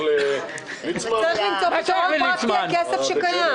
צריך למצוא פתרון כי הכסף קיים.